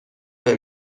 بیکن